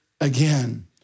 again